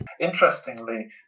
Interestingly